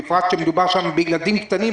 בפרט כשמדובר שם בילדים קטנים,